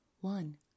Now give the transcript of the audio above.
One